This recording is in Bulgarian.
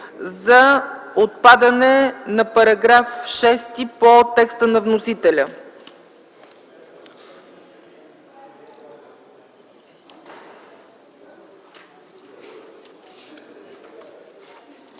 за отпадане на § 6 по текста на вносителя.